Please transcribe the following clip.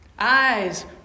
eyes